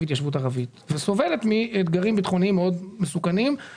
התיישבות ערבית וסובלת מאתגרים ביטחוניים מאוד מסוכנים.